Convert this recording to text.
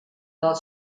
del